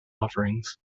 offerings